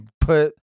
Put